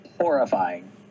horrifying